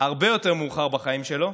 הרבה יותר מאוחר בחיים שלו,